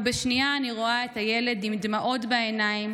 ובשנייה אני רואה את הילד עם דמעות בעיניים,